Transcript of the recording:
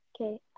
Okay